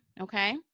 Okay